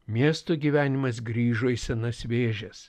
miesto gyvenimas grįžo į senas vėžes